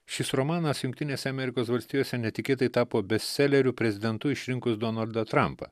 šis romanas jungtinėse amerikos valstijose netikėtai tapo bestseleriu prezidentu išrinkus donaldą trampą